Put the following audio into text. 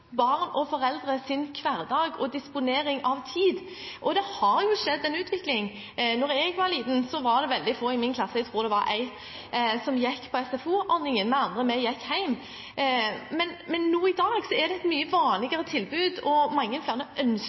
og foreldres hverdag og disponering av tid. Det har skjedd en utvikling. Da jeg var liten, var det veldig få i min klasse – jeg tror det var én elev – som brukte SFO. Vi andre gikk hjem. Men i dag er det et mye vanligere tilbud, og mange flere ønsker